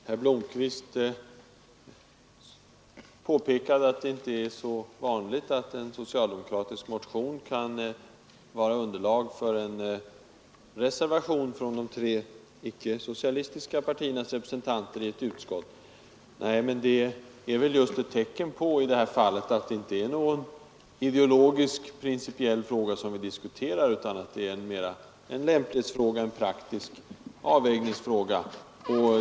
Herr talman! Herr Blomkvist påpekade att det inte är så vanligt att en socialdemokratisk motion kan vara underlag för en reservation från de tre icke-socialistiska partiernas representanter i ett utskott. Nej, men det är väl i det här fallet ett tecken på att det inte är någon ideologisk principiell fråga som vi diskuterar, utan att det mera är en lämplighetsfråga, en praktisk avvägningsfråga.